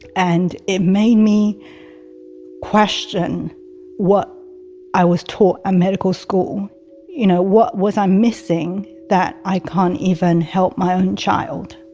and it made me question what i was taught at ah medical school you know what was i missing that i can't even help my own child?